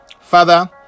Father